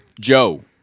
Joe